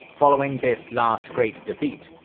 following this last great defeat,